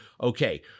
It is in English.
okay